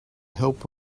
help